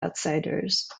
outsiders